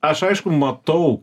aš aišku matau